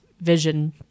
vision